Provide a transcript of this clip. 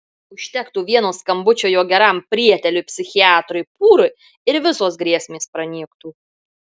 užtektų vieno skambučio jo geram prieteliui psichiatrui pūrui ir visos grėsmės pranyktų